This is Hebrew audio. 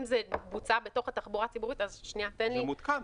אם זה בוצע בתוך התחבורה הציבורית -- זה מעודכן.